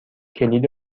کلید